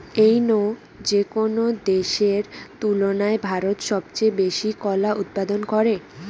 অইন্য যেকোনো দেশের তুলনায় ভারত সবচেয়ে বেশি কলা উৎপাদন করে